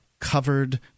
Covered